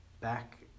back